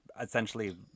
essentially